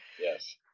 Yes